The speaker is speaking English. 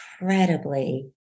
incredibly